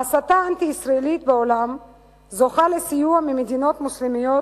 ההסתה האנטי-ישראלית בעולם זוכה לסיוע ממדינות מוסלמיות,